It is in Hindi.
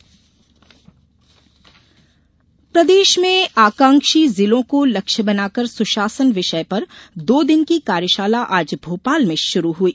क्षेत्रीय सम्मेलन प्रदेश में आकांक्षी जिलों को लक्ष्य बनाकर सुशासन विषय पर दो दिन की कार्यशाला आज भोपाल में शुरू हई